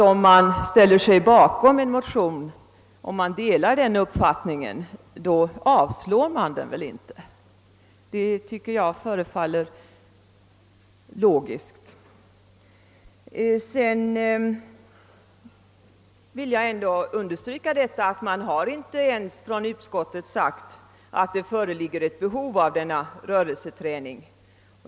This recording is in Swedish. Om man ställer sig bakom en motion och alltså delar motionärernas uppfattning, avstyrker man den väl inte; det tycker jag förefaller logiskt. Jag vill undersiryka att utskottet inte ens har sagt att det föreligger ett behöv av rörelseträning.